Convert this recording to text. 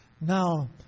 Now